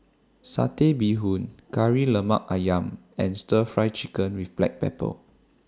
Satay Bee Hoon Kari Lemak Ayam and Stir Fry Chicken with Black Pepper